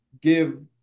give